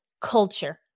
culture